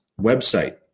website